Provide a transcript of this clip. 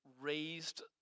raised